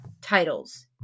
titles